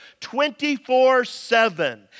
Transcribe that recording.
24-7